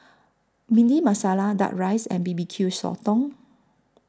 Bhindi Masala Duck Rice and B B Q Sotong